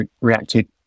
reacted